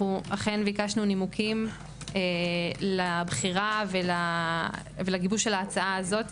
אנו אכן ביקשנו נימוקים לבחירה ולגיבוש של ההצעה הזו.